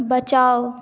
बचाउ